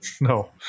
No